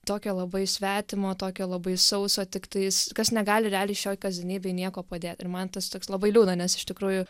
tokio labai svetimo tokio labai sauso tiktais kas negali realiai šioj kasdienybėj nieko padėt ir man tas toks labai liūdna nes iš tikrųjų